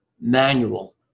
manual